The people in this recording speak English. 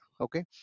okay